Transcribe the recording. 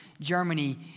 Germany